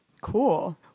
Cool